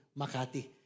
Makati